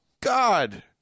god